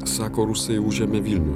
sako rusai užėmė vilnių